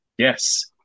Yes